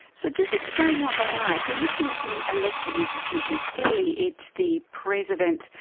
so just explain what they are. if we're looking at the elected institutions, clearly it's the president,